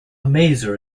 maser